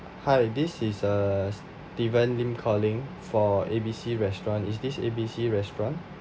hi this is uh steven lim calling for A B C restaurant is this A B C restaurant